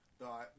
No